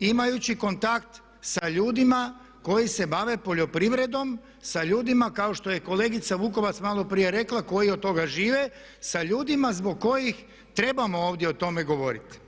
imajući kontakt sa ljudima koji se bave poljoprivredom, sa ljudima kao što je kolegica Vukovac maloprije rekla koji od toga žive, sa ljudima zbog kojih trebamo ovdje o tome govoriti.